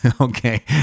Okay